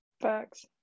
Facts